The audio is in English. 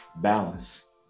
balance